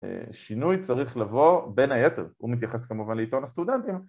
שינוי צריך לבוא בין היתר. הוא מתייחס כמובן לעיתון הסטודנטים